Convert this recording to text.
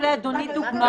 נתנו לאדוני דוגמאות.